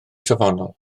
safonol